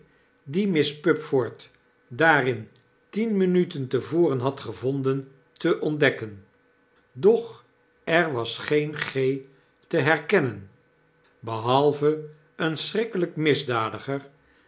dien miss pupford daarin tien minuten te voren had gevonden te ontdekken doch er was geen g te herkennen behalve een schrikkelp misdadiger